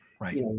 Right